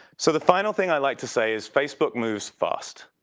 so the final thing i like to say is facebook moves fast.